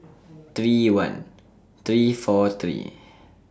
three one three four three